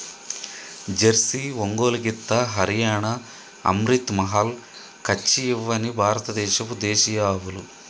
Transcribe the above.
Jersey, Ongole గిత్త, హరియాణా, అమ్రిత్ మహల్, కచ్చి ఇవ్వని భారత దేశపు దేశీయ ఆవులు